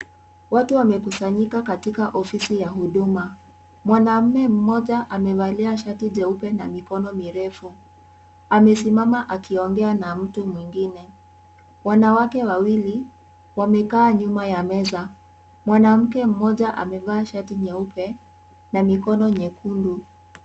Watu wamekusanyika katika ofisi ya huduma. Mwanaume mmoja amevalia shati jeupe na mikono mirefu. Amesimama akiongea na mtu mwingine. Wanawake wawili, wamekaa nyuma ya meza. Mwanamke mmoja amevaa shati nyeupe na mikono nyekundu.